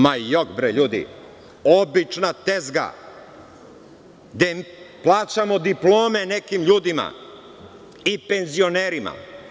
Ma jok, bre, ljudi, obična tezga gde plaćamo diplome nekim ljudima i penzionerima.